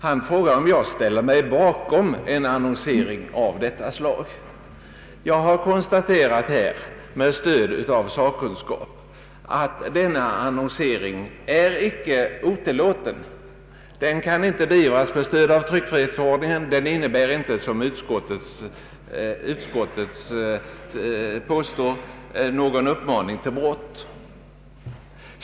Han frågar om jag ställer mig bakom en annonsering av detta slag. Jag har med stöd av sakkunskap konstaterat att denna annonsering inte är förbjuden. Den innebär inte, som utskottet påstår, någon uppmaning till brott, och den kan inte beivras med stöd av tryckfrihetsförordningen.